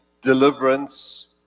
deliverance